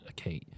Okay